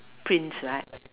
prince right